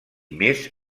més